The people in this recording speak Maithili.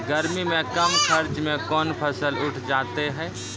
गर्मी मे कम खर्च मे कौन फसल उठ जाते हैं?